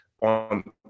on